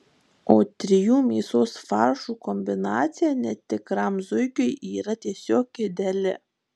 o trijų mėsos faršų kombinacija netikram zuikiui yra tiesiog ideali